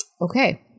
Okay